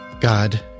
God